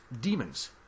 demons